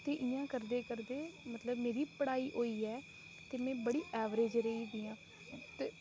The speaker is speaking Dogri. ते इ'यां करदे करदे मतलब मेरी पढ़ाई होई ऐ ते में बड़ी ऐवरेज रेही दी आं ते